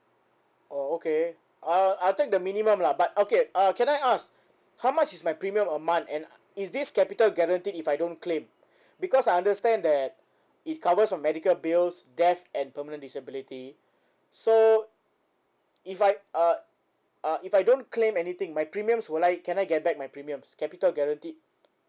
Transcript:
oh okay uh I think the minimum lah but okay uh can I ask how much is my premium a month and is this capital guaranteed if I don't claim because I understand that it covers on medical bills death and permanent disability so if I uh uh if I don't claim anything my premiums will I can I get back my premiums capital guaranteed